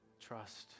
Trust